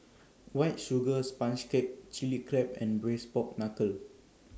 White Sugar Sponge Cake Chili Crab and Braised Pork Knuckle